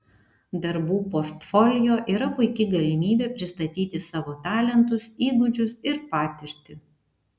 darbų portfolio yra puiki galimybė pristatyti savo talentus įgūdžius ir patirtį